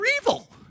evil